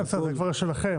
בסדר, זה כבר שלכם.